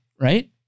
right